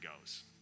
goes